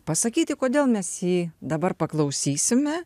pasakyti kodėl mes jį dabar paklausysime